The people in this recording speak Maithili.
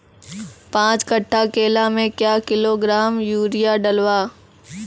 पाँच कट्ठा केला मे क्या किलोग्राम यूरिया डलवा?